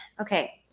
okay